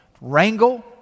wrangle